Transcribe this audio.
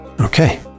Okay